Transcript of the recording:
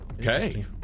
Okay